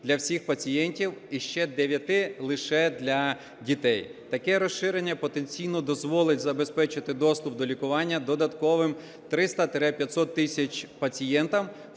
для всіх пацієнтів і ще 9 лише для дітей. Таке розширення потенційно дозволить забезпечити доступ до лікування додатковим 300-500 тисяч пацієнтам,